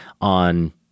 on